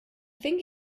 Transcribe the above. think